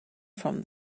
from